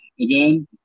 again